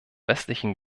westlichen